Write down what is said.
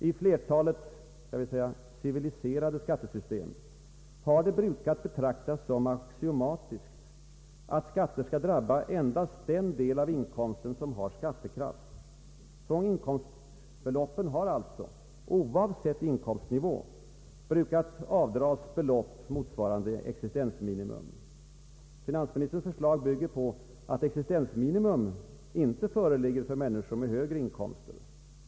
I flertalet, skall vi säga civiliserade, skattesystem har det brukat betraktas såsom axiomatiskt att skatter skall drabba endast den del av inkomsten som har skattekraft. Från inkomstbeloppen har alltså — oavsett inkomstnivå — brukat avdras belopp motsvarande existensminimum. Finansministerns förslag bygger på att existensminimum inte föreligger för människor med högre inkomster.